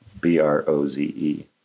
B-R-O-Z-E